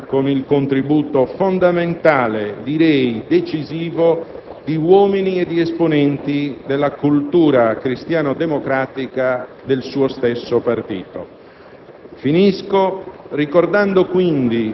Eppure quella legge era stata approvata con il contributo fondamentale, direi decisivo, di uomini ed esponenti della cultura cristiano-democratica del suo stesso partito.